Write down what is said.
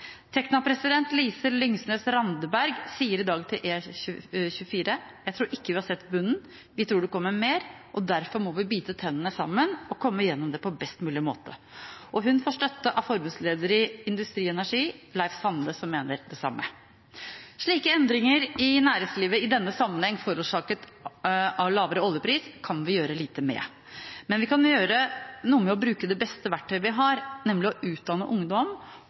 Lise Lyngsnes Randeberg sier i dag til E24: «jeg tror ikke vi har sett bunnen. Vi tror det kommer mer, og derfor må vi bare bite tennene sammen og komme gjennom det på best mulig måte». Hun får støtte av forbundsleder i Industri Energi, Leif Sande, som mener det samme. Slike endringer i næringslivet, i denne sammenheng forårsaket av lavere oljepris, kan vi gjøre lite med. Det vi kan gjøre, er å bruke det beste verktøyet vi har, nemlig å utdanne ungdom